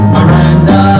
Miranda